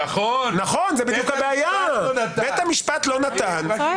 נקודה חשובה